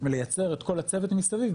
לייצר את כל הצוות מסביב,